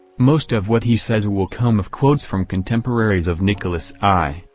most of what he says will come of quotes from contemporaries of nicholas i,